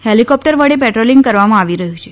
helicopter વડે patrolling કરવામાં આવી રહ્યું છે